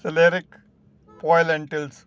ciliary ਪੋਆਇ lentils